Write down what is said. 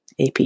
AP